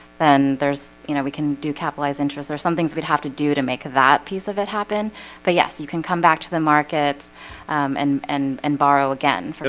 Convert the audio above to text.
then there's you know we can do capitalized interest or some things we'd have to do to make that piece of it happen but yes, you can come back to the markets and and and borrow again other